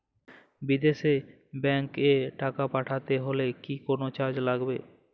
বিদেশের ব্যাংক এ টাকা পাঠাতে হলে কি কোনো চার্জ লাগবে?